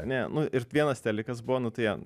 ne nu ir vienas telikas buvo nu tai jo